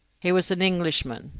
he was an englishman,